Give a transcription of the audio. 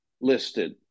listed